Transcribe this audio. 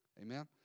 amen